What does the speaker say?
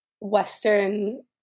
Western